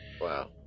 Wow